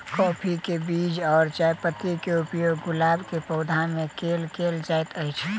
काफी केँ बीज आ चायपत्ती केँ उपयोग गुलाब केँ पौधा मे केल केल जाइत अछि?